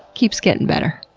keeps getting better.